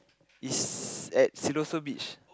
is at Siloso Beach